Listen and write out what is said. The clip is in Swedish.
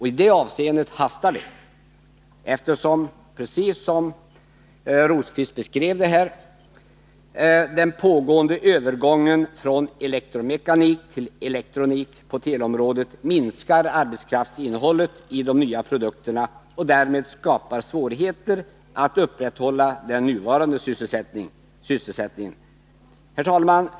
I det avseendet hastar det, eftersom den pågående övergången från elektromekanik till elektronik på teleområdet — precis som Birger Rosqvist beskrev det — minskar arbetskraftsinnehållet i de nya produkterna och därmed skapar svårigheter att upprätthålla den nuvarande sysselsättningen. Herr talman!